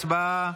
הצבעה.